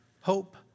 hope